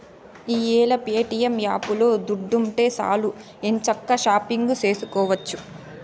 ఈ యేల ప్యేటియం యాపులో దుడ్డుంటే సాలు ఎంచక్కా షాపింగు సేసుకోవచ్చు